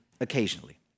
occasionally